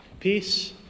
peace